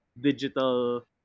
digital